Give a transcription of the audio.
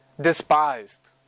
despised